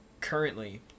currently